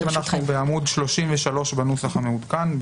אנחנו בעמוד 33 בנוסח המעודכן,